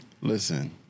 Listen